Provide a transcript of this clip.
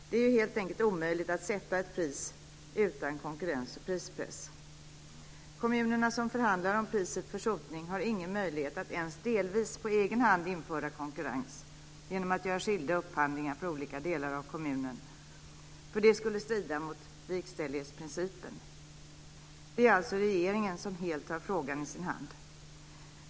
Det är helt enkelt omöjligt att sätta ett pris utan konkurrens och prispress. Kommunerna som förhandlar om priset för sotning har ingen möjlighet att ens delvis på egen hand införa konkurrens genom att göra skilda upphandlingar för olika delar av kommunen eftersom det skulle strida mot likställighetsprincipen. Det är alltså regeringen som helt har frågan i sin hand.